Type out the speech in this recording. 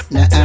Now